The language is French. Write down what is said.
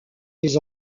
des